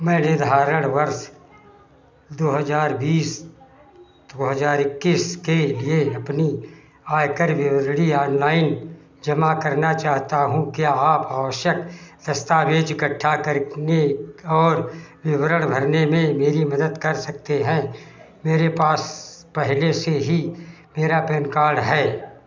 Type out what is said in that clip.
मैं निर्धारण वर्ष दो हज़ार बीस दो हज़ार इक्कीस के लिए अपनी आयकर विवरणी ऑनलाइन जमा करना चाहता हूँ क्या आप आवश्यक दस्तावेज़ इकट्ठा करने और विवरण भरने में मेरी मदद कर सकते हैं मेरे पास पहले से ही मेरा पैन कार्ड है